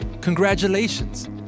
congratulations